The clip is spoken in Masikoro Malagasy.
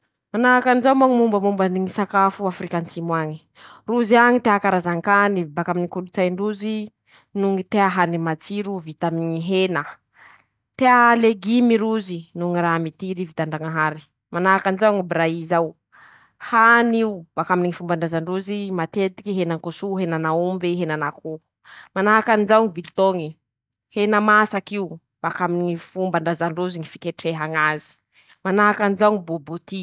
Manahaky anizao moa ñy mombamombany ñy sakafo afrika atsimo añy: -Rozy añy tea karazan-kany bakaminy ñy kolotsain-drozy noho ñy tea hany matsiro vita aminy ñy hena; tea legimy rozy noho ñy raha mitiry vitan-drañahary ;manahaky anizao ñy Brahy zao ,hany io bakaminy ñy fomban-drazan-drozy ,matetiky henan-koso ,henan'aombe ,henan'akoho; manahaky anizao ñy biltôñy ,hena masaky io bakaminy ñy fomban-drazan-drozy ñy fiketreha ñ'azy ;manahaky anizao ñy bobôty.